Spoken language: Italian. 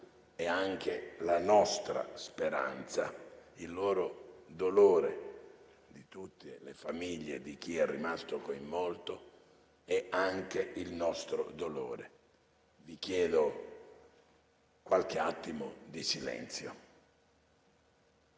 è anche la nostra speranza e il dolore di tutte le famiglie di chi è rimasto coinvolto è anche il nostro dolore. Vi chiedo di osservare qualche attimo di silenzio.